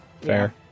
fair